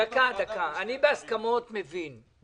הסכמות אני מבין,